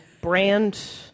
brand